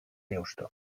deusto